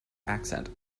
accent